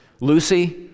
Lucy